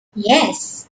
yes